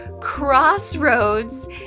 crossroads